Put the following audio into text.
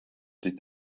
did